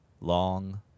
Long